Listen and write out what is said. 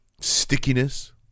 stickiness